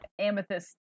amethyst